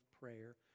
prayer